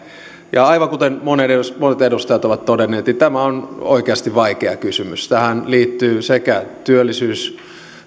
aivan kuten monet edustajat ovat todenneet tämä on oikeasti vaikea kysymys tähän liittyy sekä työllisyys